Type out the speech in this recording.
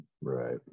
Right